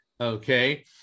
okay